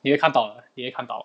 你会看到的你会看到